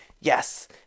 yes